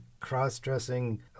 cross-dressing